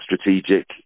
strategic